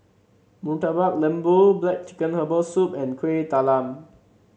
Murtabak Lembu black chicken Herbal Soup and Kueh Talam